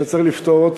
שצריך לפתור,